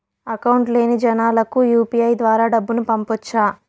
Account లేని జనాలకు UPI ద్వారా డబ్బును పంపొచ్చా?